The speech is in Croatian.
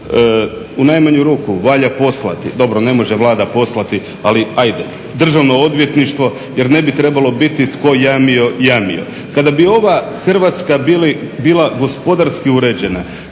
U najmanju ruku valja poslati, dobro ne može Vlada poslati, ali ajde, Državno odvjetništvo jer ne bi trebalo biti tko je jamio, jamo. Kada bi ova Hrvatska bila gospodarski uređena